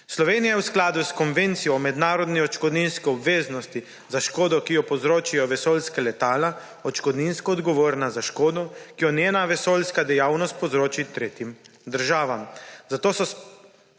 Slovenija je v skladu s Konvencijo o mednarodni odškodninski obveznosti za škodo, ki jo povzročijo vesoljska letala, odškodninsko odgovorna za škodo, ki jo njena vesoljska dejavnost povzroči tretjim državam.